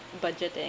budgeting